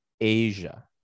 Asia